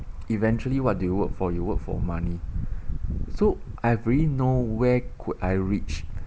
eventually what do you work for you work for money so I already know where could I reach